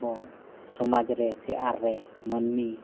ᱟᱵᱚ ᱥᱚᱢᱟᱡᱽ ᱨᱮᱥᱮ ᱟᱨ ᱨᱮ ᱢᱟᱱᱢᱤ